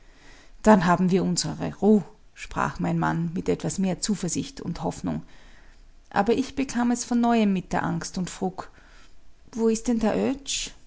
dann haben wir unsere ruh sprach mein mann mit etwas mehr zuversicht und hoffnung aber ich bekam es von neuem mit der angst und frug wo ist denn der